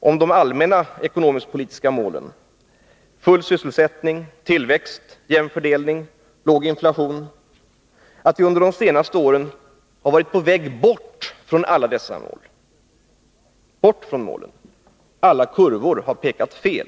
om de allmänna ekonomisk-politiska målen — full sysselsättning, tillväxt, jämn fördelning och låg inflation — att vi under de senaste åren varit på väg bort från dessa mål. Alla kurvor har pekat fel.